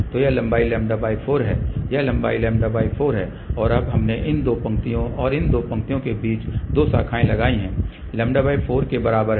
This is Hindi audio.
तो यह लंबाई λ4 है यह लंबाई λ4 है और अब हमने इन दो पंक्तियों और इन पंक्तियों के बीच दो शाखाएँ लगाई हैं λ4 के बराबर हैं